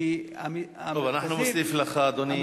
כי המרכזים, טוב, אנחנו נוסיף לך, אדוני,